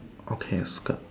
okay skirt